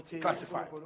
classified